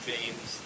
James